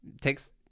takes